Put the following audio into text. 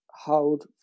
hold